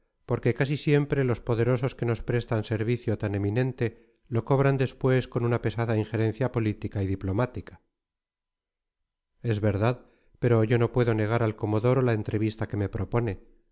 porque casi siempre los poderosos que nos prestan servicio tan eminente lo cobran después con una pesada injerencia política y diplomática es verdad pero yo no puedo negar al comodoro la entrevista que me propone